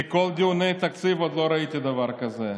בכל דיוני התקציב עוד לא ראיתי דבר כזה.